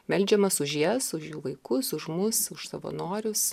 meldžiamės už jas už jų vaikus už mus už savanorius